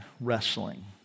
wrestling